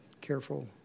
careful